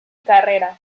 carreras